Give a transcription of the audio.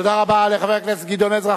תודה רבה לחבר הכנסת גדעון עזרא.